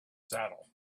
saddle